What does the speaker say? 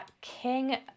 King